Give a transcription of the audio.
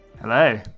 hello